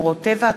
שמורות טבע,